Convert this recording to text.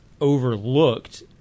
overlooked